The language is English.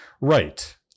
Right